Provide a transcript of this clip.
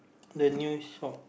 the new shop